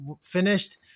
finished